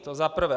To za prvé.